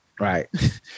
Right